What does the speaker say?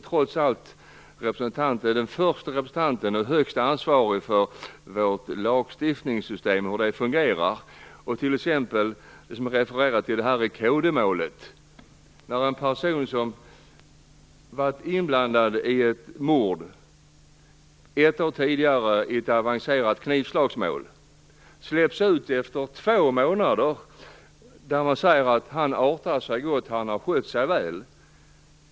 Statsrådet är trots allt den första representanten och den högst ansvariga för hur vårt lagstiftningssystem fungerar. Jag vill referera till en sak i anslutning till Kodemordet. En person som var inblandad i ett mord hade ett år tidigare varit inblandad i ett avancerat knivslagsmål. Han släpptes ut efter två månader. Man sade att "han artar sig gott, och har skött sig väl".